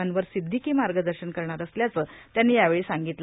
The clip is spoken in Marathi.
अनवर सिद्धीकी मार्गदर्शन करणार असल्याचं त्यांनी यावेळी सांगितलं